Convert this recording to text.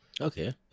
Okay